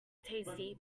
tasty